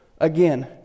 Again